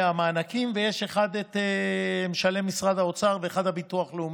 את המענקים משלם משרד האוצר, ואחד, הביטוח הלאומי,